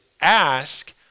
ask